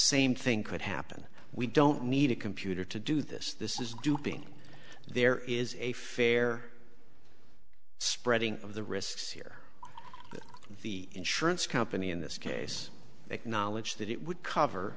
same thing could happen we don't need a computer to do this this is duping there is a fair spreading of the risks here the insurance company in this case acknowledged that it would cover